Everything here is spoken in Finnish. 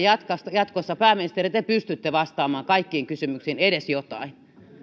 jatkossa te pääministeri pystytte vastaamaan kaikkiin kysymyksiin edes jotain